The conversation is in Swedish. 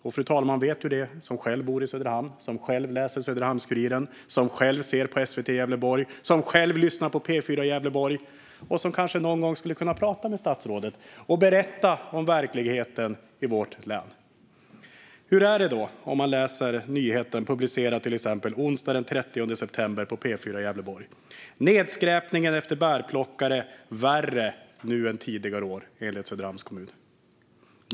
Det vet ju fru talman, som själv bor i Söderhamn, som själv läser Söderhamnskuriren, som själv ser på SVT Gävleborg och som själv lyssnar på P4 Gävleborg. Hon kanske någon gång skulle kunna prata med statsrådet och berätta om verkligheten i vårt län. Hur är det då? Man kan till exempel läsa nyheten publicerad onsdag den 30 september på P4 Gävleborg: "Nedskräpningen efter bärplockare värre nu än tidigare år", enligt Söderhamns kommun.